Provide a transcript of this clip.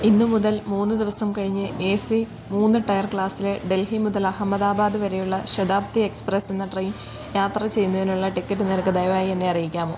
ഇന്ന് മുതൽ മൂന്ന് ദിവസം കഴിഞ്ഞ് ഏ സി മൂന്ന് ടയർ ക്ലാസിലെ ഡൽഹി മുതൽ അഹമ്മദാബാദ് വരെയുള്ള ശതാബ്ദി എക്സ്പ്രസ്സ് എന്ന ട്രെയിനില് യാത്ര ചെയ്യുന്നതിനുള്ള ടിക്കറ്റ് നിരക്ക് ദയവായി എന്നെ അറിയിക്കാമോ